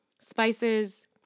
spices